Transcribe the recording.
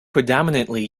predominantly